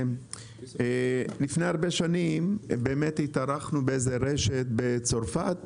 לפני הרבה שנים באמת התארחנו באיזה רשת בצרפת.